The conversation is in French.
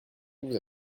vous